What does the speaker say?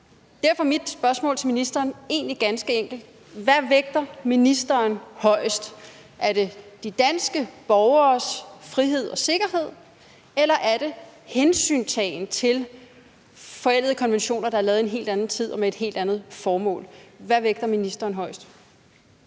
Derfor er mit spørgsmål til ministeren egentlig ganske enkelt: Hvad vægter ministeren højest – er det de danske borgeres frihed og sikkerhed, eller er det hensyntagen til forældede konventioner, der er lavet i en helt anden tid og med et helt andet formål? Hvad vægter ministeren højest?